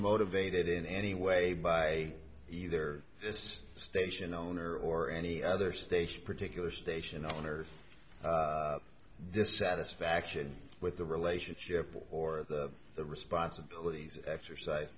motivated in any way by either this station owner or any other station particular station on earth dissatisfaction with the relationship or the responsibilities exercise